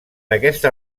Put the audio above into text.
aquesta